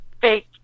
fake